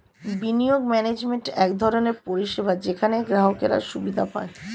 বিনিয়োগ ম্যানেজমেন্ট এক ধরনের পরিষেবা যেখানে গ্রাহকরা সুবিধা পায়